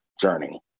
journey